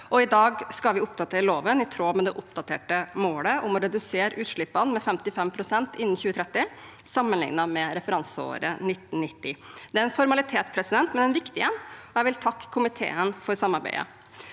i dag skal vi oppdatere loven i tråd med det oppdaterte målet om å redusere utslippene med 55 pst. innen 2030, sammenlignet med referanseåret 1990. Det er en formalitet, men en viktig en, og jeg vil takke komiteen for samarbeidet.